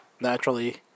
Naturally